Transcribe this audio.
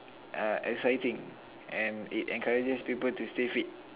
uh exciting and it encourages people to stay fit